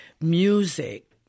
music